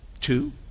Two